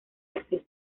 acceso